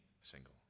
single